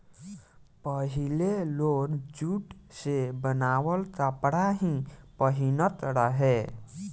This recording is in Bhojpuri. पहिले लोग जुट से बनावल कपड़ा ही पहिनत रहे